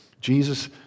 Jesus